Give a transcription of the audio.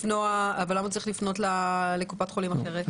למה הוא צריך לפנות לקופת חולים אחרת?